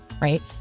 right